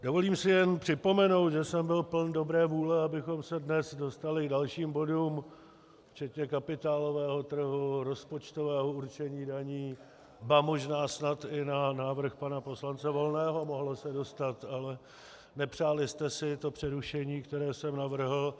Dovolím si jen připomenout, že jsem byl pln dobré vůle, abychom se dnes dostali k dalším bodům včetně kapitálového trhu, rozpočtového určení daní, ba možná snad i na návrh pana poslance Volného se mohlo dostat, ale nepřáli jste si přerušení, které jsem navrhl.